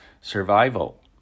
survival